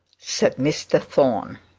said mr thorne.